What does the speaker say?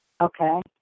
Okay